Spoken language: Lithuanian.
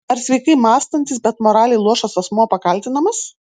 ar sveikai mąstantis bet moraliai luošas asmuo pakaltinamas